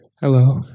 Hello